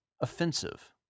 offensive